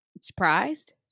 Surprised